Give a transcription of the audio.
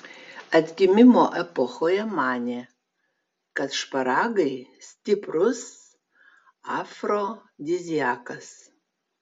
atgimimo epochoje manė kad šparagai stiprus afrodiziakas